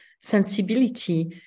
sensibility